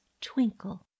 twinkle